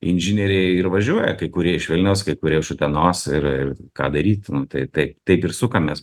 inžinieriai ir važiuoja kai kurie iš vilniaus kai kurie iš utenos ir ką daryt nu tai taip taip ir sukamės